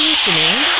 Listening